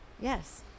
Yes